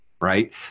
right